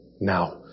now